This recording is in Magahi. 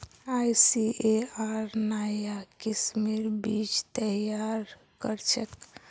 आईसीएआर नाया किस्मेर बीज तैयार करछेक